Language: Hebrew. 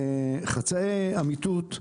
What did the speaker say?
חצאי אמיתות,